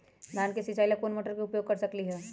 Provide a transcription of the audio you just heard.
धान के सिचाई ला कोंन मोटर के उपयोग कर सकली ह?